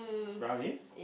brownies